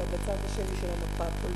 אלא על הצד השני של המפה הפוליטית.